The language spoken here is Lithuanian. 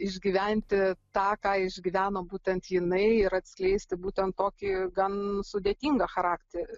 išgyventi tą ką išgyveno būtent jinai ir atskleisti būtent tokį gan sudėtingą charakterį